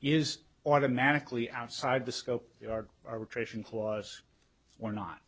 is automatically outside the scope or tracing clause or not